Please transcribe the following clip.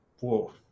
whoa